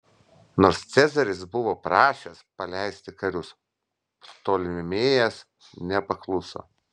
nors cezaris buvo prašęs paleisti karius ptolemėjas nepakluso